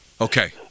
Okay